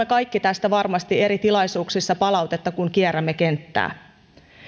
kaikki saamme tästä varmasti eri tilaisuuksissa palautetta kun kierrämme kenttää